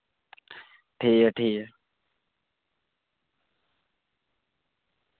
ठीक ऐ ठीक ऐ